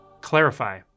clarify